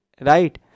right